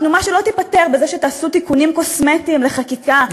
תנומה שלא תיפתר בזה שתעשו תיקונים קוסמטיים לחקיקה,